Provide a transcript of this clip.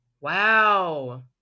Wow